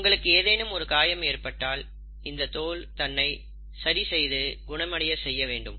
உங்களுக்கு ஏதேனும் ஒரு காயம் ஏற்பட்டால் இந்த தோல் தன்னை சரி செய்து குணமடைய செய்ய வேண்டும்